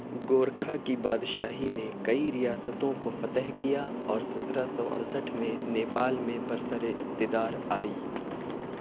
گورکھا کی بادشاہی نے کئی ریاستوں کو فتح کیا اور سترہ سو اڑسٹھ میں نیپال میں برسر اقتدار آئی